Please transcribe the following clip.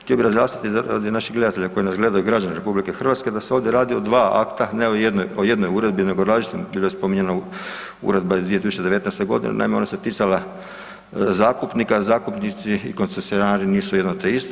Htio bi razjasniti radi naših gledatelja koji nas gledaju, građana RH da se ovdje radi o 2 akta, ne o jednoj uredbi nego o različitim, bilo je spominjano, uredba iz 2019. g., naime, ona se ticala zakupnika, zakupnici i koncesionari nisu jedno te iste.